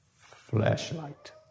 flashlight